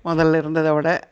முதல்ல இருந்ததை விட